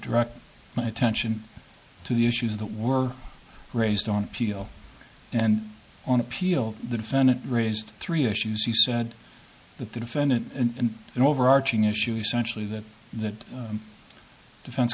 direct my attention to the issues that were raised on and on appeal the defendant raised three issues he said that the defendant in an overarching issue essentially that that defense